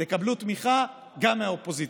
תקבלו תמיכה גם מהאופוזיציה.